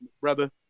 brother